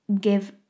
give